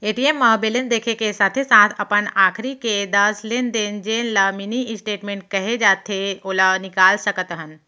ATM म balance देखे के साथे साथ अपन आखरी के दस लेन देन जेन ल मिनी स्टेटमेंट कहे जाथे ओला निकाल सकत हन